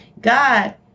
God